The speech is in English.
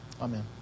Amen